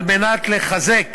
על מנת לחזק